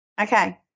Okay